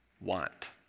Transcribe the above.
want